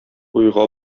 уйга